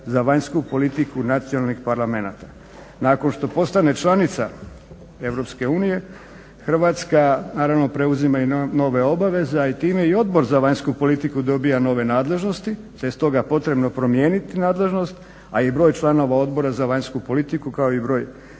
za vanjsku politiku nacionalnih parlamenata. Nakon što postane članica EU Hrvatska naravno preuzima i nove obveze, a time i Odbor za vanjsku politiku dobiva nove nadležnosti te je stoga potrebno promijeniti nadležnost, a i broj članova Odbora za vanjsku politiku kao i broj